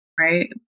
right